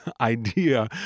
idea